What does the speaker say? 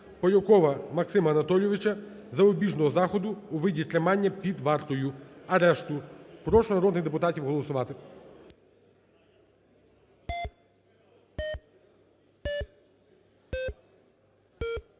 Полякова Максима Анатолійовича запобіжного заходу у вигляді тримання під вартою, арешту. Прошу народних депутатів голосувати.